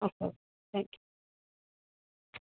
আচ্ছা thank you